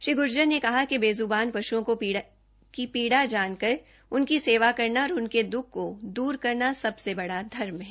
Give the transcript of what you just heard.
श्री गूर्जर ने कहा कि बेजूबान पषुओं की पीड़ा जानकर उनकी सेवा करना और उनके दुख को दूर करना सबसे बड़ा धर्म है